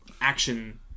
action